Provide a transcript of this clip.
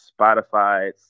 Spotify